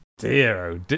Zero